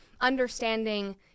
understanding